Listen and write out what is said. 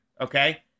okay